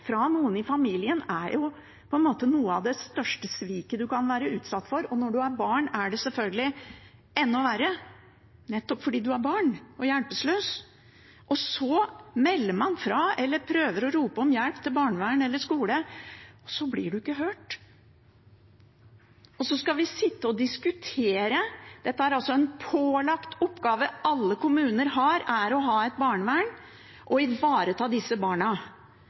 fra noen i familien er noe av det største sviket man kan være utsatt for, og når man er barn er det selvfølgelig enda verre, nettopp fordi man er barn og hjelpeløs, og så melder man fra eller prøver å rope om hjelp til barnevern eller skole, og så blir man ikke hørt – og så skal vi sitte og diskutere? Dette er en pålagt oppgave alle kommuner har, å ha et barnevern og ivareta disse barna.